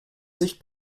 sicht